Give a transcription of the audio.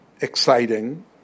exciting